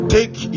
Take